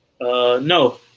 No